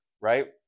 right